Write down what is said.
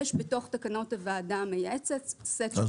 יש בתוך תקנות הוועדה המייעצת ספח --- אז